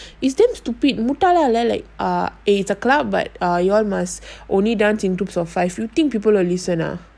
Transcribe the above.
like stay away what it's damn stupid முட்டாளாஇல்ல:muttala illa ah it's a club but ah you all must only dance in groups of five you think people will listen ah